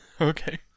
Okay